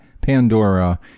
Pandora